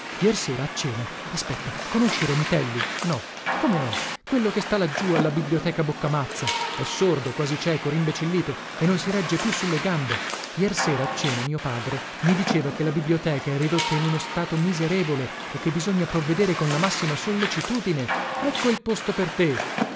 jersera a cena aspetta conosci romitelli no come no quello che sta laggiù alla biblioteca boccamazza è sordo quasi cieco rimbecillito e non si regge più sulle gambe jersera a cena mio padre mi diceva che la biblioteca è ridotta in uno stato miserevole e che bisogna provvedere con la massima sollecitudine ecco il posto per te